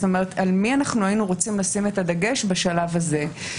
זאת אומרת: על מי אנחנו היינו רוצים לשים את הדגש בשלב זה.